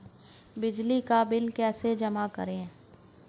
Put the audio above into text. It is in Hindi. बिजली का बिल कैसे जमा करें?